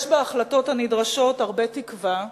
יש בהחלטות הנדרשות הרבה תקווה,